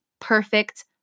perfect